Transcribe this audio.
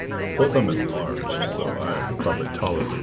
plus i'm enlarged, so i am probably taller